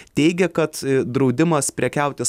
teigia kad draudimas prekiauti